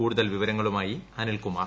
കൂടുതൽ വിവരങ്ങളുമായി അനിൽകുമാർ